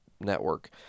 network